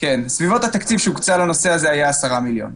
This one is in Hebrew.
סביבות התקציב שהוקצה לנושא הזה היה 10 מיליון.